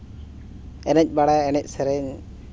ᱮᱱᱮᱡ ᱵᱟᱲᱟᱭᱟ ᱮᱱᱮᱡ ᱥᱮᱨᱮᱧ